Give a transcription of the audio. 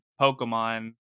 Pokemon